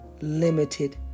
limited